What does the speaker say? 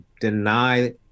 deny